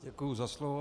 Děkuju za slovo.